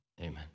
amen